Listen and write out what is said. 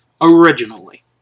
Originally